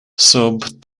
sub